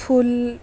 ফুল